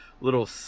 little